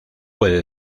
puede